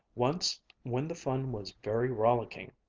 once when the fun was very rollicking,